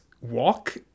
walk